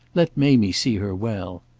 let mamie see her well.